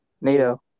NATO